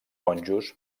monjos